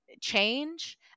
change